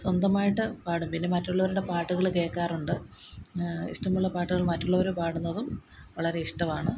സ്വന്തമായിട്ട് പാടും പിന്നെ മറ്റുള്ളവരുടെ പാട്ടുകള് കേള്ക്കാറുണ്ട് ഇഷ്ടമുള്ള പാട്ടുകൾ മറ്റുള്ളവര് പാടുന്നതും വളരെ ഇഷ്ടമാണ്